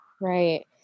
right